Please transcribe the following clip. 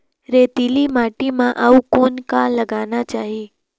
रेतीली माटी म अउ कौन का लगाना चाही?